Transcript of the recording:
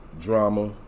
drama